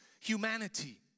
humanity